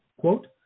quote